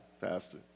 pastor